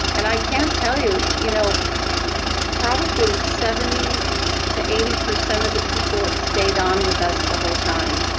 and i can tell you you know probably seventy to eighty percent of the people have stayed on with us the whole time.